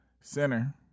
center